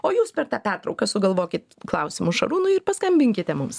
o jūs per tą pertrauką sugalvokit klausimų šarūnui ir paskambinkite mums